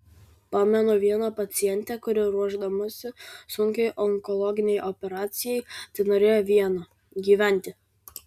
pamenu vieną pacientę kuri ruošdamasi sunkiai onkologinei operacijai tenorėjo vieno gyventi